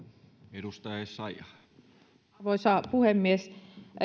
arvoisa puhemies